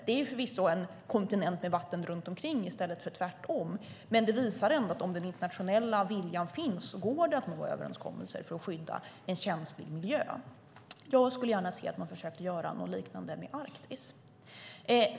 Det är förvisso en kontinent med vatten runt omkring i stället för land, men det visar att om den internationella viljan finns går det att nå överenskommelser för att skydda en känslig miljö. Jag skulle gärna se att man försökte göra något liknande med Arktis.